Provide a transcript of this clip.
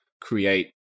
create